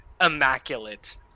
immaculate